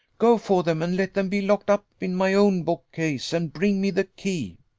go for them, and let them be locked up in my own bookcase, and bring me the key.